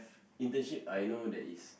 internship I know there is